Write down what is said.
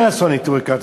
מה יעשו נטורי-קרתא,